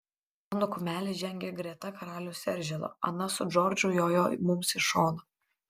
mano kumelė žengė greta karaliaus eržilo ana su džordžu jojo mums iš šono